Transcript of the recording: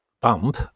bump